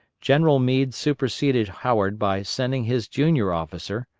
general meade superseded howard by sending his junior officer,